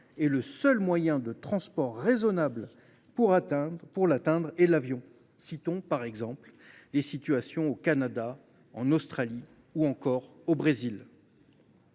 et le seul moyen de transport raisonnable pour l’atteindre est alors l’avion. Citons par exemple les situations que l’on rencontre au Canada, en Australie ou encore au Brésil.